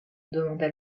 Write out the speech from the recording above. demanda